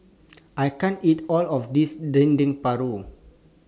I can't eat All of This Dendeng Paru